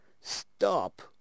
Stop